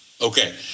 Okay